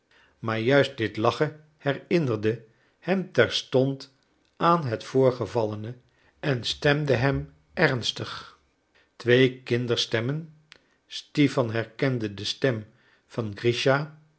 maar juist dit lachen herinnerde hem terstond aan het voorgevallene en stemde hem ernstig twee kinderstemmen stipan herkende de stem van